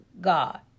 God